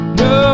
no